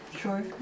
Sure